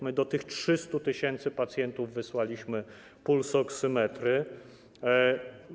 My do tych 300 tys. pacjentów wysłaliśmy pulsoksymetry.